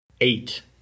eight